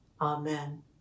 Amen